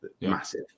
massive